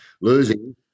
losing